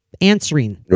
answering